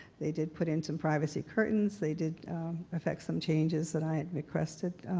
they did put in some privacy curtains. they did affect some changes that i requested.